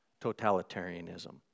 totalitarianism